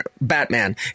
Batman